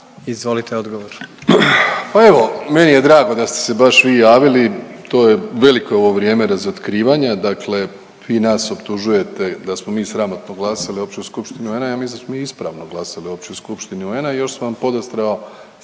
(HDZ)** Pa evo meni je drago da ste se baš vi javili, to je veliko u ovo vrijeme razotkrivanja, dakle vi nas optužujete da smo mi sramotno glasali u Općoj skupštini UN-a, a ja mislim da smo mi ispravno glasali u Općoj skupštini UN-a i još sam vam podastro